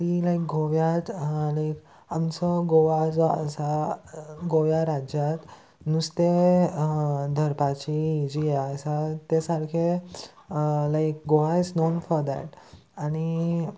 ती लायक गोव्यांत लायक आमचो गोवा जो आसा गोव्या राज्यांत नुस्तें धरपाची ही जी हें आसा तें सारकें like Goa is known for that आनी